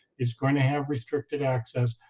it's going to have restricted access,